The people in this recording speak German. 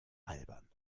albern